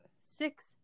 six